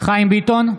חיים ביטון,